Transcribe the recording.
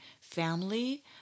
family